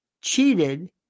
cheated